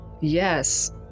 yes